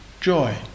joy